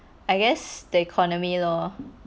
I guess the economy lor